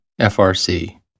frc